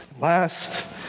last